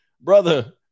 brother